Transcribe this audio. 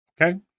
Okay